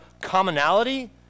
commonality